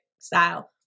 style